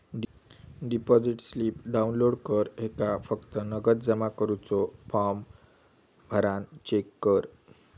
deposit slip download कर ह्येका फक्त नगद जमा करुचो फॉर्म भरान चेक कर